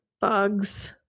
bugs